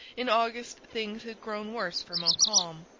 in august things had grown worse for montcalm.